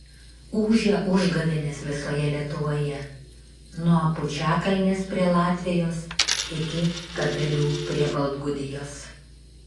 ūžia užgavėnės visoje lietuvoje nuo pučiakalnės prie latvijos iki kabelių prie baltgudijos